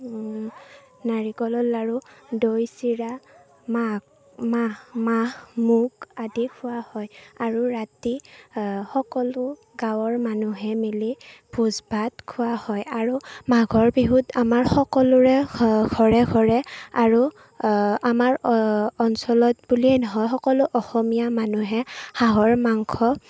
নাৰিকলৰ লাড়ু দৈ চিৰা মাহ মাহ মুগ আদি খোৱা হয় আৰু ৰাতি সকলো গাঁৱৰ মানুহে মিলি ভোজ ভাত খোৱা হয় আৰু মাঘৰ বিহুত আমাৰ সকলোৰে ঘৰে ঘৰে আৰু আমাৰ অঞ্চলত বুলিয়েই নহয় সকলো অসমীয়া মানুহে হাঁহৰ মাংস